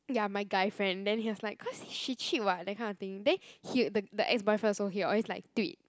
ya my guy friend then he was like cause she cheat [what] that kind of thing then he the the ex-boyfriend also he always like tweet